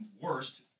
worst